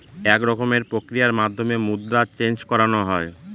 এক রকমের প্রক্রিয়ার মাধ্যমে মুদ্রা চেন্জ করানো হয়